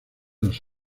los